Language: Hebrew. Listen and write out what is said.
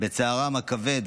בצערן הכבד